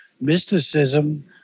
mysticism